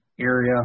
area